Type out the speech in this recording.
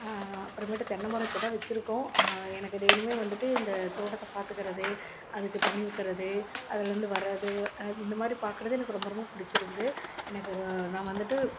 அப்புறமேட்டு தென்னைமரம் இப்போ தான் வச்சிருக்கோம் எனக்கு டெய்லியுமே வந்துட்டு இந்த தோட்டத்தை பார்த்துக்குறது அதுக்கு தண்ணி ஊத்துறது அதுலேயிருந்து வர்றது இந்த மாதிரி பார்க்குறது எனக்கு ரொம்ப ரொம்ப பிடிச்சிருக்குது எனக்கு ரொ நான் வந்துட்டு